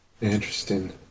Interesting